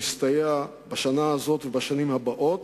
יסתיים בשנה הזאת ובשנים הבאות.